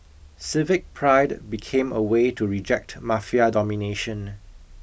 civic pride became a way to reject Mafia domination